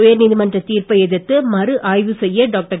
உயர் நீதிமன்றத் தீர்ப்பை எதிர்த்து மறு ஆய்வு செய்ய டாக்டர்